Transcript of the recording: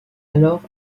alors